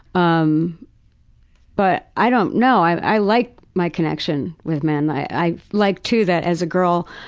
um but i don't know. i like my connection with men. i like too that as a girl,